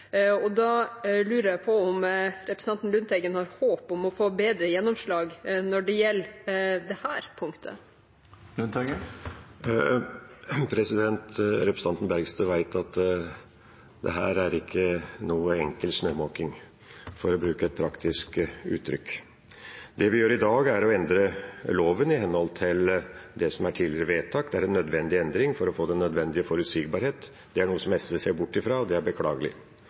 Og da lurer jeg på om representanten Lundteigen har håp om å få bedre gjennomslag når det gjelder det punktet. Representanten Bergstø vet at dette er ikke noen enkel snømåking, for å bruke et praktisk uttrykk. Det vi gjør i dag, er å endre loven i henhold til tidligere vedtak. Det er en nødvendig endring for å få en nødvendig forutsigbarhet. Det er noe som SV ser bort ifra, og det er beklagelig.